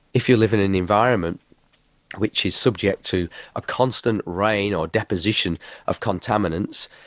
if you live in an environment which is subject to a constant rain or deposition of contaminants,